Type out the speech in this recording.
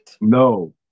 No